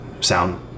sound